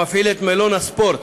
המפעיל את מלון הספורט